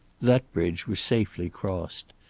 that bridge was safely crossed.